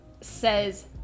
says